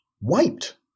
wiped